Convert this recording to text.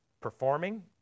performing